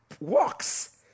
works